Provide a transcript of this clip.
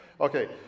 Okay